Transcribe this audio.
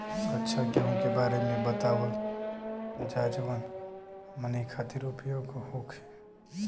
अच्छा गेहूँ के बारे में बतावल जाजवन हमनी ख़ातिर उपयोगी होखे?